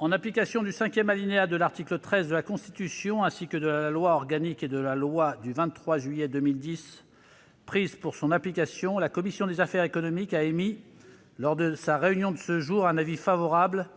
En application du cinquième alinéa de l'article 13 de la Constitution, ainsi que de la loi organique n° 2010-837 et de la loi n° 2010-838 du 23 juillet 2010 prises pour son application, la commission des affaires économiques a émis, lors de sa réunion de ce jour, un avis favorable-